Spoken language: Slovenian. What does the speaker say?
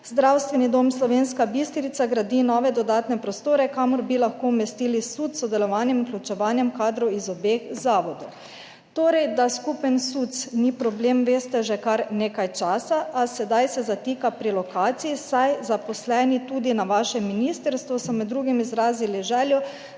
Zdravstveni dom Slovenska Bistrica gradi nove dodatne prostore, kamor bi lahko umestili SUC s sodelovanjem, vključevanjem kadrov z obeh zavodov.« Torej, da skupen SUC ni problem, veste že kar nekaj časa, a sedaj se zatika pri lokaciji, saj so med drugim tudi zaposleni na vašem ministrstvu izrazili željo,